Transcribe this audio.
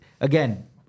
again